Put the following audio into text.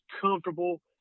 comfortable